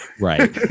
Right